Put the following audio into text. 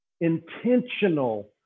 intentional